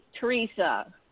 Teresa